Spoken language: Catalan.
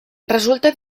resulta